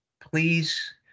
please